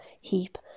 heap